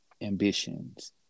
ambitions